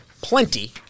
plenty